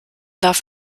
darf